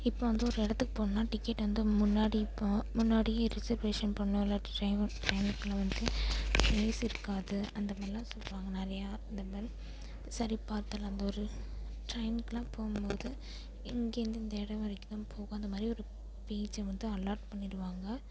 இப்போ வந்து ஒரு இடத்துக்கு போகணுன்னா டிக்கெட் வந்து முன்னாடி போ முன்னாடியே ரிசர்வேஷன் பண்ணணும் இல்லாட்டி ட்ரெய்னு ட்ரெயினுக்கு எல்லாம் வந்துவிட்டு ஏசி இருக்காது அந்த மாதிரிலாம் சொல்வாங்க நிறையா அந்தமாதிரி சரி பாத்தரலாம் அந்த ஒரு ட்ரெயின்க்கெல்லாம் போகும்போது எங்கேருந்து இந்த இடோம் வரைக்கும் தான் போகும் அந்த மாதிரி ஒரு பேஜை வந்து அலாட் பண்ணிருவாங்க